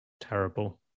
terrible